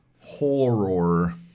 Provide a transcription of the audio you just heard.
Horror